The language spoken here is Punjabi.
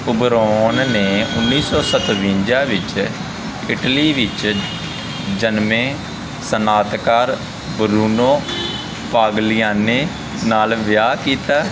ਉਬਰੌਨ ਨੇ ਉੱਨੀ ਸੌ ਸਤਵੰਜਾ ਵਿੱਚ ਇਟਲੀ ਵਿੱਚ ਜਨਮੇ ਸਨਅਤਕਾਰ ਬਰੂਨੋ ਪਾਗਲਿਆਣੇ ਨਾਲ ਵਿਆਹ ਕੀਤਾ